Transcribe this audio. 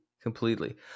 completely